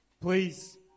Please